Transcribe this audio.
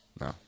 No